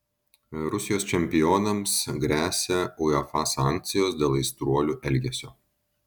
rusijos čempionams gresia uefa sankcijos dėl aistruolių elgesio